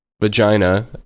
vagina